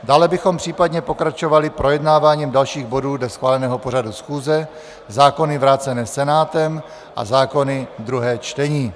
Dále bychom případně pokračovali projednáváním dalších bodů dle schváleného pořadu schůze, zákony vrácené Senátem a zákony druhé čtení.